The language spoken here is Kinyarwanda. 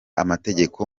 amategeko